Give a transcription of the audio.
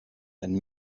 and